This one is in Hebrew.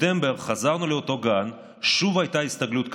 בספטמבר חזרנו לאותו גן, ושוב הייתה הסתגלות קשה.